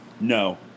No